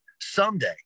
Someday